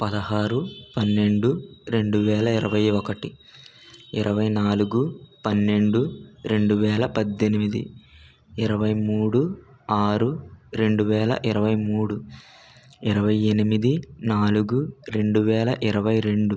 పదహారు పన్నెండు రెండు వేల ఇరవై ఒకటి ఇరవై నాలుగు పన్నెండు రెండు వేల పజ్జెనిమిది ఇరవై మూడు ఆరు రెండు వేల ఇరవై మూడు ఇరవై ఎనిమిది నాలుగు రెండు వేల ఇరవై రెండు